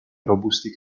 robusti